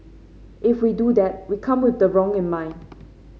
if we do that we come with the wrong in mind